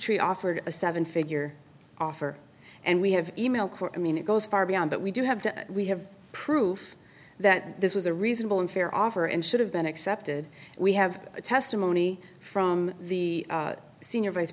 tree offered a seven figure offer and we have e mail court i mean it goes far beyond that we do have to we have proof that this was a reasonable and fair offer and should have been accepted we have a testimony from the senior vice